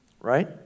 right